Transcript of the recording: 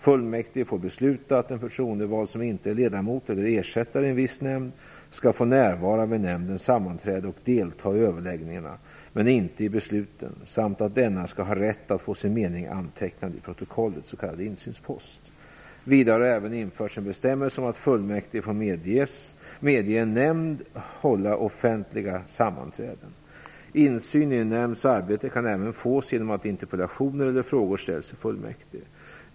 Fullmäktige får besluta att en förtroendevald som inte är ledamot eller ersättare i en viss nämnd skall få närvara vid nämndens sammanträde och delta i överläggningarna men inte i besluten samt att denna skall ha rätt att få sin mening antecknad i protokollet . Vidare har även införts en bestämmelse om att fullmäktige får medge en nämnd att hålla offentliga sammanträden. Insyn i en nämnds arbete kan även fås genom att interpellationer eller frågor ställs i fullmäktige.